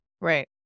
right